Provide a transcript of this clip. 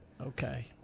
Okay